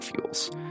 fuels